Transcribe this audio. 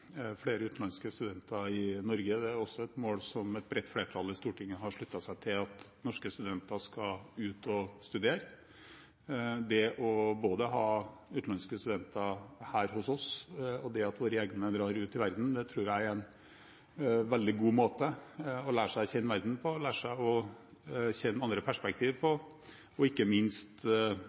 flere utenlandske studenter i Norge. At norske studenter skal ut og studere, er også et mål som et bredt flertall i Stortinget har sluttet seg til. Det å ha utenlandske studenter her hos oss og det at våre egne drar ut i verden, tror jeg er en veldig god måte å lære å kjenne verden på, lære å kjenne andre perspektiver på, og ikke minst